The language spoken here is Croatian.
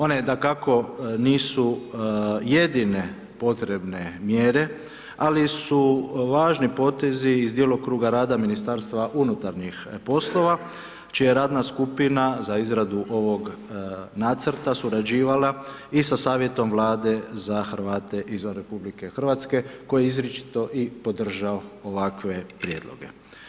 One dakako, nisu jedine, potrebne mjere, ali su važni potezi iz djelokruga rada Ministarstva unutarnjih poslova, čija radna skupina za izradu ovog nacrta surađivala i sa savjetom vlade za Hrvate izvan RH, koji izričito i podržao ovakve prijedloge.